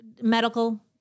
medical